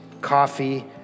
coffee